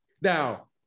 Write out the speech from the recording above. now –